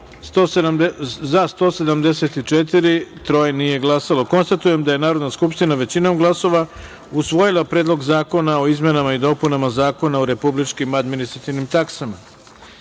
– 174, nije glasalo – troje. Konstatujem da je Narodna skupština većinom glasova usvojila Predlog zakona o izmenama i dopunama Zakona o republičkim administrativnim taksama. Stavljam